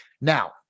Now